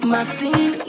Maxine